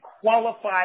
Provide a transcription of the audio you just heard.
qualified